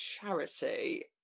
charity